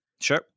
Sure